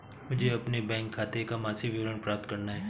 मुझे अपने बैंक खाते का मासिक विवरण प्राप्त करना है?